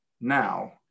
now